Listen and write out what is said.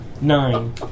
Nine